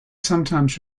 sometimes